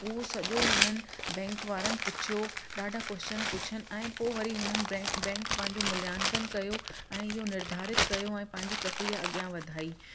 उहो सॼो उन्हनि बैंक वारनि पुछियो ॾाढा क्वैशन पुछनि ऐं पोइ वरी उन्हनि ब्रे बैंक जो मूल्यांकन कयो ऐं इहो निर्धारित कयो ऐं पंहिंजी प्रक्रिया अॻियां वधाई